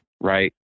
right